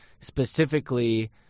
specifically